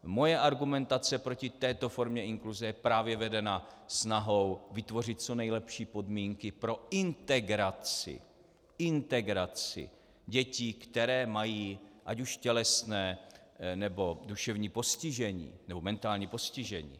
Moje argumentace proti této formě inkluze je vedena právě snahou vytvořit co nejlepší podmínky pro integraci, integraci dětí, které mají ať už tělesné, nebo duševní postižení, nebo mentální postižení.